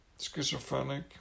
schizophrenic